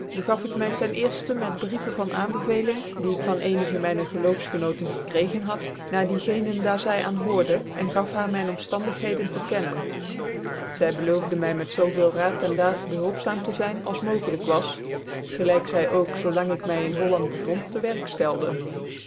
begaf ik my ten cerftcn met brieven van aanbeveling die ik van ccnigc mijner geloofsgenoten gekrecgen had na die geenen daar tyaan hoorde eu gaf haar mijn otnftandigheden te kennen zy beloofden my met zoo veel raad en daad behulpzaam te zyn als mogelijk was gelijk zy ook zoo lang ik my in holland bevond te werk